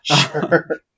Sure